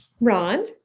Ron